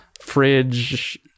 fridge